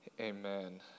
amen